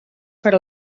per